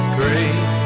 great